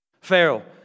Pharaoh